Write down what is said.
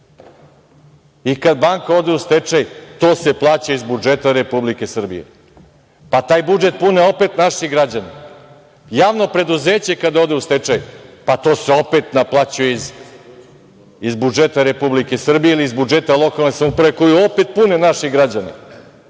banka ode u stečaj to se plaća iz budžeta Republike Srbije, pa taj budžet opet pune naši građani. Javno preduzeće kada ode u stečaj, pa to se opet naplaćuje iz budžeta Republike Srbije ili iz budžeta lokalne samouprave, koju opet pune naši građani. Ne